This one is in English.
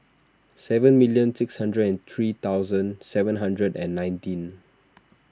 seven million six hundred and three thousand seven hundred and nineteen